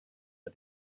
for